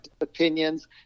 opinions